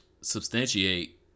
substantiate